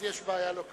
אז יש בעיה לא קלה.